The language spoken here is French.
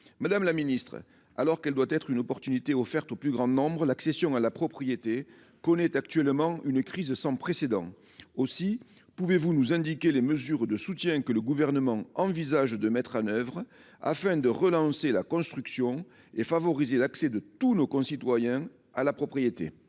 Madame la ministre, alors qu’elle doit être une chance offerte au plus grand nombre, l’accession à la propriété connaît actuellement une crise sans précédent. Aussi, pouvez vous nous indiquer les mesures de soutien que le Gouvernement envisage de mettre en œuvre afin de relancer la construction et favoriser l’accès de tous nos concitoyens à la propriété ?